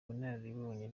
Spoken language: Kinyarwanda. bunararibonye